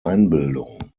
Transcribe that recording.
einbildung